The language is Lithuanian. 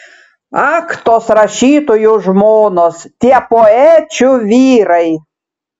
ak tos rašytojų žmonos tie poečių vyrai